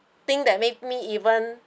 thing that made me even